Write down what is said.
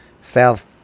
South